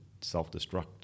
self-destruct